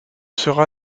sera